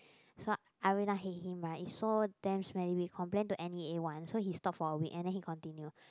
so I every time hate him right it's so damn smelly we complain to N_E_A one so he stop for a week and then he continue